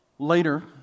Later